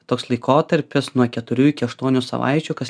toks laikotarpis nuo keturių iki aštuonių savaičių kas